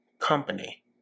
company